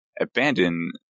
abandon